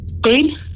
Green